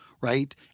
Right